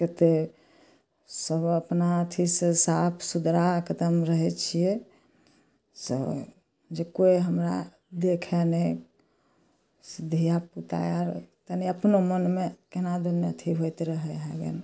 कतेक सभ अपना अथी से साफ सुथरा एकदम रहै छियै से जे कोइ हमरा देखै नहि से धियापुता आर तनि अपनो मनमे केनादुन अथी होइत रहै हइ गेन